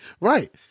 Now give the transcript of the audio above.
Right